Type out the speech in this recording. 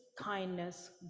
kindness